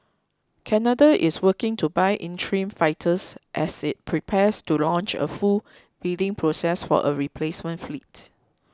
Canada is working to buy interim fighters as it prepares to launch a full bidding process for a replacement fleet